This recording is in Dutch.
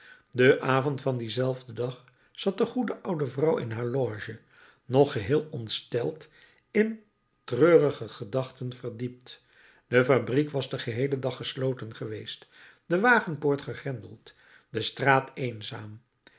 den avond van dien zelfden dag zat de goede oude vrouw in haar loge nog geheel ontsteld en in treurige gedachten verdiept de fabriek was den geheelen dag gesloten geweest de wagenpoort gegrendeld de straat eenzaam